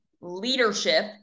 leadership